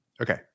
Okay